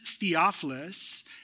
Theophilus